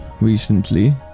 recently